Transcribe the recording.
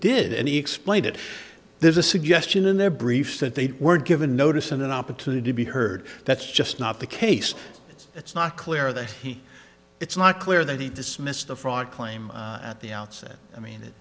did and he explained it there's a suggestion in their briefs that they were given notice and an opportunity to be heard that's just not the case it's it's not clear that he it's not clear that he dismissed the fraud claim at the outset i mean it